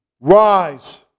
Rise